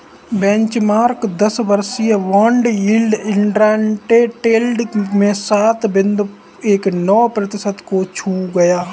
benchmark दस वर्षीय bond yield intraday trade में सात बिंदु एक नौ प्रतिशत को छू गया